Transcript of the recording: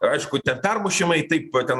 aišku ten permušimai taip ten